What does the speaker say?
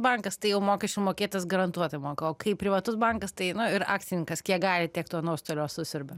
bankas tai jau mokesčių mokėtojas garantuotai moka o kai privatus bankas tai nu ir akcininkas kiek gali tiek to nuostolio susiurbia